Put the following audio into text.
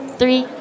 three